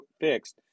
fixed